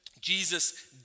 Jesus